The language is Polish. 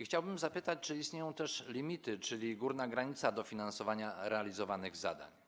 Chciałbym zapytać, czy istnieją też limity, czyli górna granica dofinansowania realizowanych zadań?